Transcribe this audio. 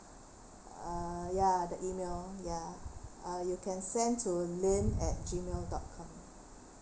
uh ya the email ya uh you can send to lynn at G mail dot com